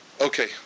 Okay